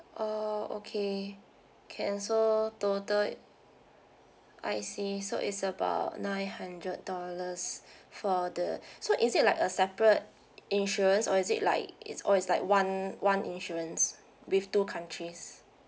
oh okay can so total I see so it's about nine hundred dollars for the so is it like a separate insurance or is it like it's or is like one one insurance with two countries